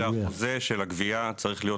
אני אומר שהחוזה של הגבייה צריך להיות